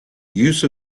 use